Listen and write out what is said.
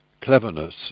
cleverness